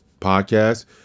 podcast